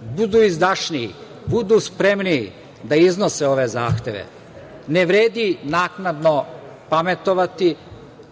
budu izdašniji, budu spremniji da iznose ove zahteve. Ne vredi naknadno pametovati,